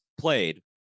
played